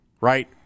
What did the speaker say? right